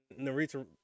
Narita